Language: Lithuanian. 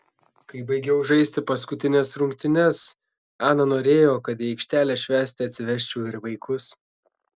kai baigiau žaisti paskutines rungtynes ana norėjo kad į aikštelę švęsti atsivesčiau ir vaikus